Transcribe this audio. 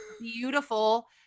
beautiful